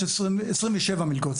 סליחה 27 מלגות.